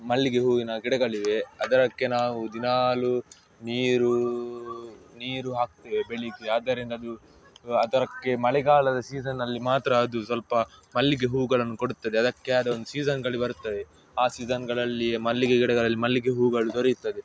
ಮಲ್ಲಿಗೆ ಹೂವಿನ ಗಿಡಗಳಿವೆ ಅದಕ್ಕೆ ನಾವು ದಿನಾಲೂ ನೀರು ನೀರು ಹಾಕ್ತೇವೆ ಬೆಳಗ್ಗೆ ಆದ್ದರಿಂದ ಅದು ಅದರಕ್ಕೆ ಮಳೆಗಾಲದ ಸೀಸನ್ನಲ್ಲಿ ಮಾತ್ರ ಅದು ಸ್ವಲ್ಪ ಮಲ್ಲಿಗೆ ಹೂಗಳನ್ನು ಕೊಡುತ್ತದೆ ಅದಕ್ಕೆ ಆದ ಒಂದು ಸೀಸನ್ಗಳು ಬರುತ್ತವೆ ಆ ಸೀಸನ್ಗಳಲ್ಲಿ ಮಲ್ಲಿಗೆ ಗಿಡಗಳಲ್ಲಿ ಮಲ್ಲಿಗೆ ಹೂಗಳು ದೊರೆಯುತ್ತದೆ